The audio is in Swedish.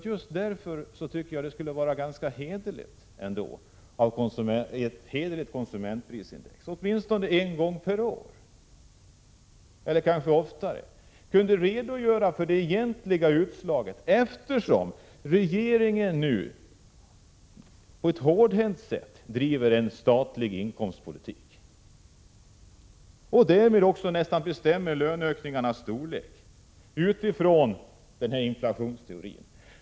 Just därför tycker jag att det skulle vara bra med ett hederligt konsumentprisindex, åtminstone en gång per år, som kunde visa det egentliga utslaget. Regeringen driver nu på ett hårdhänt sätt en statlig inkomstpolitik och bestämmer därmed också nästan löneökningarnas storlek utifrån denna inflationsteori.